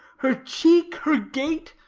her cheek, her gait,